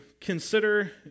consider